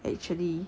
actually